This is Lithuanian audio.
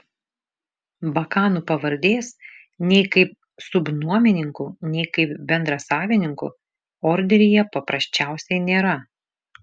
bakanų pavardės nei kaip subnuomininkų nei kaip bendrasavininkų orderyje paprasčiausiai nėra